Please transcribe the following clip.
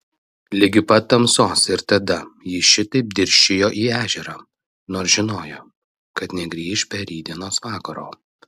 ligi pat tamsos ir tada ji šitaip dirsčiojo į ežerą nors žinojo kad negrįš be rytdienos vakaro